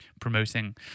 promoting